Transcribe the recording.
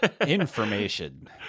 Information